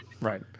right